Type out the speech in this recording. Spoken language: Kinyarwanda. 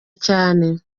cyane